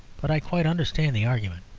but i quite understand the argument.